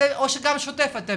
גם שוטף אתם